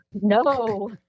No